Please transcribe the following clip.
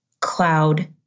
cloud